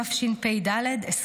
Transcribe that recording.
התשפ"ד 2024,